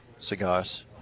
cigars